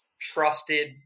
trusted